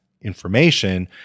information